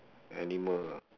animal ah